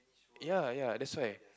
ya ya that's why